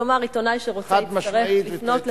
כלומר עיתונאי שרוצה, יצטרך לפנות לבית-המשפט.